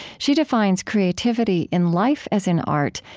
she defines creativity, in life as in art,